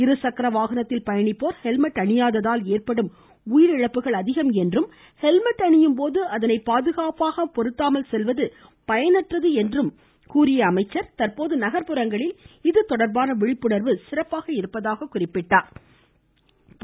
இருசக்கர வாகனத்தில் பயணிப்போர் ஹெல்மெட் அணியாததால் ஏற்படும் உயிரிழப்புகள் அதிகம் என்றும் ஹெல்மெட் அணியும் போது அதனை பாதுகாப்பாக பொருத்தாமல் செல்வது பயனற்றது என்றும் கூறிய அமைச்சர் தற்போது நகர்ப்புறங்களில் இதுபற்றி விழிப்புணர்வு சிறப்பாக இருப்பதாக எடுத்துரைத்தார்